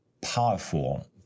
powerful